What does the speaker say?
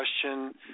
question